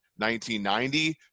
1990